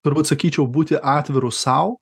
turbūt sakyčiau būti atviru sau